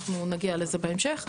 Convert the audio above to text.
אנחנו נגיע לזה בהמשך.